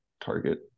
target